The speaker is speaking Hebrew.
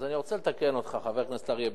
אז אני רוצה לתקן אותך, חבר הכנסת אריה ביבי.